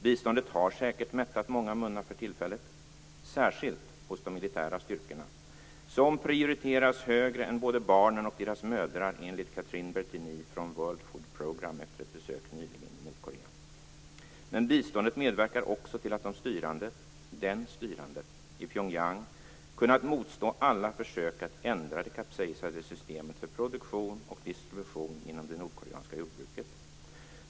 Biståndet har säkert mättat många munnar för tillfället, särskilt hos de militära styrkorna, som prioriteras högre än både barnen och deras mödrar, enligt Cathrine Bertini från World Food Programme efter ett besök nyligen i Nordkorea. Men biståndet medverkar också till att de styrande - den styrande - i Pyongyang kunnat motstå alla försök att ändra det kapsejsade systemet för produktion och distribution inom det nordkoreanska jordbruket.